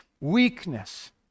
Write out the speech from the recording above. Weakness